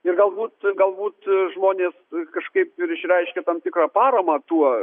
ir galbūt galbūt žmonės kažkaip ir išreiškia tam tikrą paramą tuo